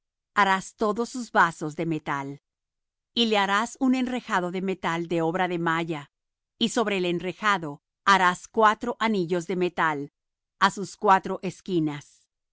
harás todos sus vasos de metal y le harás un enrejado de metal de obra de malla y sobre el enrejado harás cuatro anillos de metal á sus cuatro esquinas